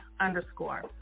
underscore